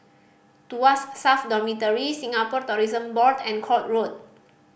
Tuas South Dormitory Singapore Tourism Board and Court Road